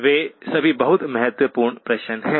वे सभी बहुत महत्वपूर्ण प्रश्न हैं